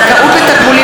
(זכאות לתגמולים